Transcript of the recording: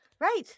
Right